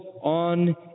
on